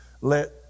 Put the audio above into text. let